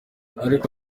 ariko